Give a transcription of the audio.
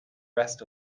rest